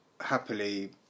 happily